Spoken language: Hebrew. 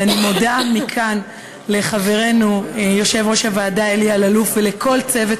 ואני מודה מכאן לחברנו יושב-ראש הוועדה אלי אלאלוף ולכל צוות